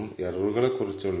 sβ̂1 നമുക്ക് കണക്കാക്കാം